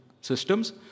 systems